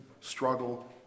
struggle